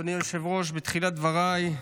אדוני היושב-ראש, בתחילת דבריי,